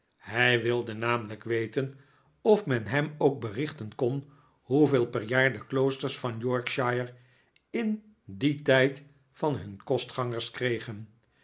hij wilde namelijk weten of men hem cnk berichten kon hoeveel per jaar de kloosters van yorkshire in dien tijd van hun kostgangers kregen